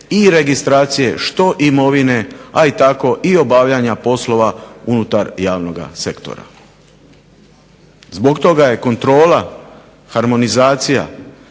i registracije što imovine, a i tako obavljanja poslova unutar javnog sektora. Zbog toga je kontrola, harmonizacija